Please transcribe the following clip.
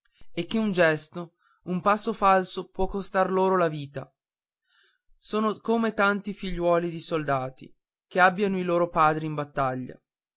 e che un gesto un passo falso può costar loro la vita sono come tanti figliuoli di soldati che abbiano i loro padri in battaglia